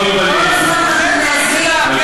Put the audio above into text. כל הזמן אנחנו מאזנים.